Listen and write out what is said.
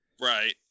right